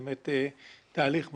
באמת תהליך מדהים.